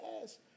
Yes